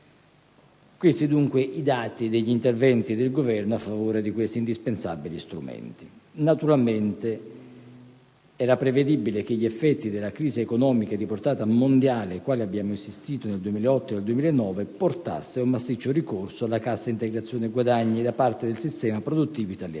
Questi sono i dati relativi agli interventi del Governo a favore di questi indispensabili strumenti. Naturalmente, era prevedibile che gli effetti della crisi economica, di portata mondiale, alla quale abbiamo assistito nel 2008-2009 portassero ad un massiccio ricorso alla cassa integrazione guadagni da parte del sistema produttivo italiano.